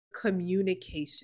communication